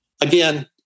Again